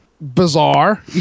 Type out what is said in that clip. bizarre